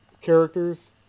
characters